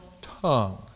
tongue